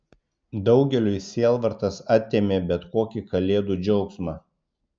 daugeliui sielvartas atėmė bet kokį kalėdų džiaugsmą